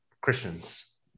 Christians